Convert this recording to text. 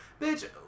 bitch